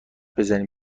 بزنیم